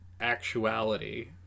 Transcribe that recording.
actuality